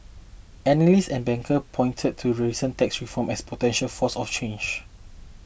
analysts and bankers pointed to recent tax reform as potential force of change